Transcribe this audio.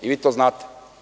Vi to znate.